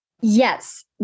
Yes